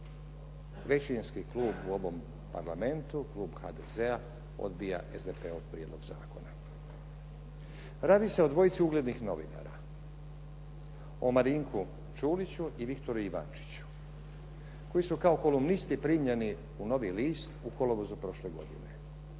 većinski klub u ovom parlamentu klub HDZ-a odbija SDP-ov prijedlog zakona. Radi se o dvojici uglednih novinara, o Marinku Čuliću i Viktoru Ivančiću koji su kao kolumnisti primljeni u "Novi list" u kolovozu prošle godine